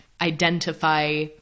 identify